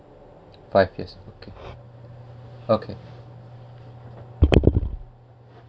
five years okay okay